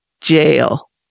Jail